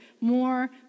more